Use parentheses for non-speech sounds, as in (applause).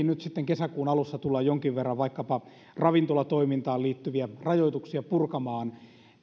(unintelligible) nyt sitten kesäkuun alussa tullaan jonkin verran vaikkapa ravintolatoimintaan liittyviä rajoituksia purkamaan